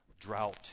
drought